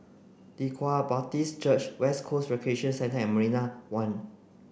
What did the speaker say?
Leng Kwang Baptist Church West Coast Recreation Centre and Marina One